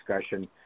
discussion